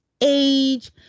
age